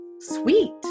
sweet